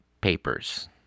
Papers